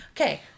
Okay